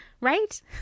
Right